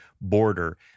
border